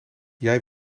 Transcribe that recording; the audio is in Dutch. jij